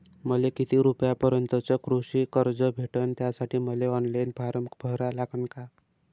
मले किती रूपयापर्यंतचं कृषी कर्ज भेटन, त्यासाठी मले ऑनलाईन फारम भरा लागन का?